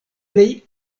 plej